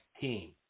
team